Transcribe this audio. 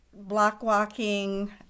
block-walking